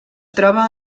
troba